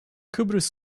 kıbrıs